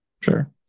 Sure